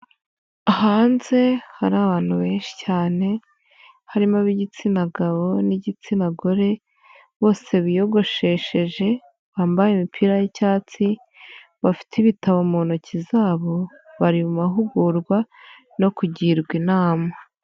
Hanze hari abantu benshi cyane, harimo ab'igitsina gabo n'igitsina gore, bose biyogoshesheje, bambaye imipira y'icyatsi, bafite ibitabo mu ntoki zabo, bari mu mahugurwa no kugirwa inama.